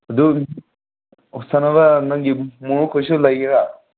ꯑꯗꯨ ꯑꯣ ꯆꯥꯅꯕ ꯅꯪꯒꯤ ꯃꯣꯔꯣꯛꯀꯁꯨ ꯂꯩꯒꯦꯔ